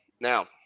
Now